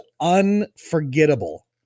unforgettable